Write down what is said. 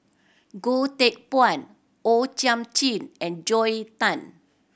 Goh Teck Phuan O Thiam Chin and Joel Tan